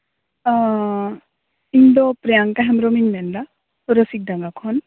ᱤᱧᱫᱚ ᱯᱨᱤᱭᱟᱝᱠᱟ ᱦᱮᱢᱵᱨᱚᱢᱤᱧ ᱢᱮᱱᱫᱟ ᱨᱚᱥᱤᱠᱰᱟᱸᱜᱟ ᱠᱷᱚᱱ